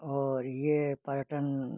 और यह पर्यटन